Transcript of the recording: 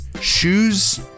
shoes